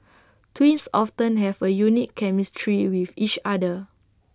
twins often have A unique chemistry with each other